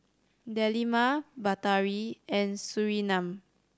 Delima Batari and Surinam